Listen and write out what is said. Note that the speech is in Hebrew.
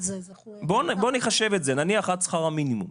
בוא נחשב את זה נניח עד שכר המינימום.